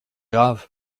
grave